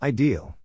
Ideal